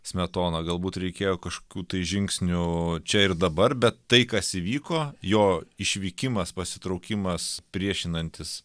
smetona galbūt reikėjo kažkokių tai žingsnių čia ir dabar bet tai kas įvyko jo išvykimas pasitraukimas priešinantis